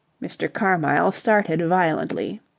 mr. carmyle started violently.